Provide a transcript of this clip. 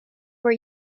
for